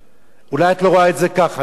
אולי את לא רואה את זה כך, אני רואה את זה כך.